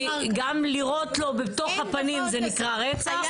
כי גם לירות לו בתוך הפנים זה נקרא רצח.